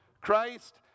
Christ